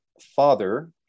father